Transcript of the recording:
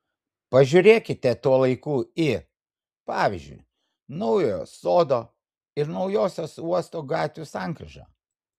pažiūrėkite tuo laiku į pavyzdžiui naujojo sodo ir naujosios uosto gatvių sankryžą